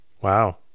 Wow